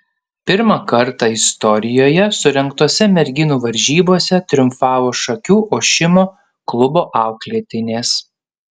pirmą kartą istorijoje surengtose merginų varžybose triumfavo šakių ošimo klubo auklėtinės